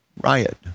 riot